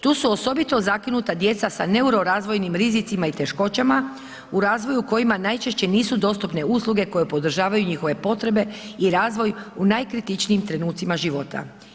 Tu su osobito zakinuta djeca sa neurorazvojnim rizicima i teškoćama u razvoju kojima najčešće nisu dostupne usluge koje podržavaju njihove potrebe i razvoj u najkritičnijim trenucima života.